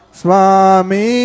swami